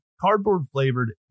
cardboard-flavored